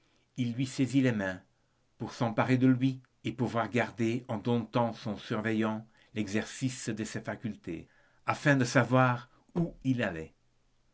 il lui saisit les mains pour s'emparer de lui et pouvoir garder en domptant son surveillant l'exercice de ses facultés afin de savoir où il allait